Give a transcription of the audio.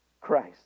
Christ